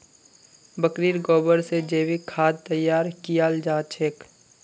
बकरीर गोबर से जैविक खाद तैयार कियाल जा छे